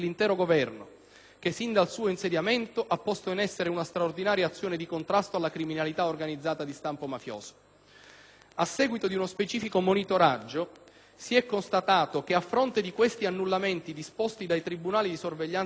che, sin dal suo insediamento, ha posto in essere una straordinaria azione di contrasto alla criminalità organizzata di stampo mafioso. A seguito di uno specifico monitoraggio, si è constato che, a fronte di questi annullamenti disposti dai tribunali di sorveglianza competenti,